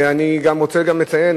אני רוצה גם לציין,